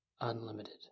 unlimited